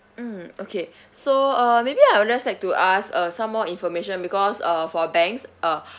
okay so uh maybe I'll just like to ask uh some more information because uh for banks uh